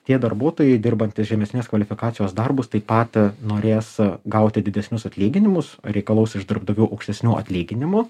tie darbuotojai dirbantys žemesnės kvalifikacijos darbus taip pat norės gauti didesnius atlyginimus reikalaus uždirbt daugiau aukštesnių atlyginimų